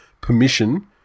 permission